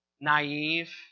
naive